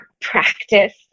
practice